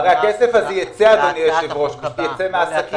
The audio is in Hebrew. הרי הכסף הזה ייצא, אדוני היושב-ראש, מהעסקים.